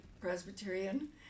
Presbyterian